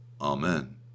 Amen